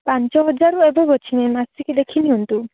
ପାଞ୍ଚ ହଜାରରୁ ଏବଭ୍ ଅଛି ମ୍ୟାମ୍ ଆସିକି ଦେଖିନିଅନ୍ତୁ